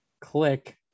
Click